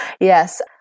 yes